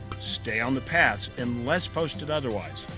stay on the paths unless posted otherwise.